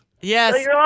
Yes